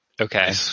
okay